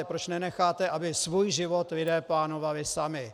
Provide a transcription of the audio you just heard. Proč nenecháte, aby svůj život lidé plánovali sami?